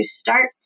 start